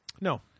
No